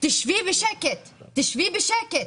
"תשבי בשקט, תשבי בשקט,